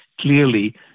clearly